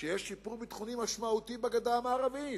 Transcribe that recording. שיש שיפור ביטחוני משמעותי בגדה המערבית.